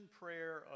prayer